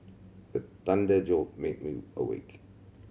the thunder jolt me me awake